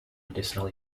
medicinal